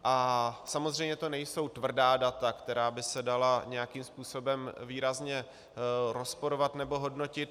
A samozřejmě to nejsou tvrdá data, která by se dala nějakým způsobem výrazně rozporovat nebo hodnotit.